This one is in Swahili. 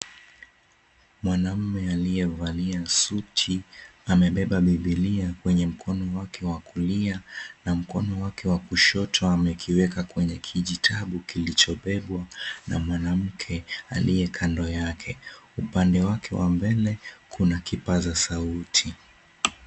Mwanaume aliyevalia suti amebeba Biblia kwenye mkono wake wa kulia, na mkono wake wa kushoto amekiweka kwenye kijitabu kilichobebwa na mwanamke aliye kando yake. Upande wake wa mbele kuna kipaza sauti.